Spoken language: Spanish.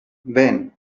ven